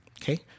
Okay